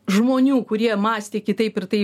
žmonių kurie mąstė kitaip ir tai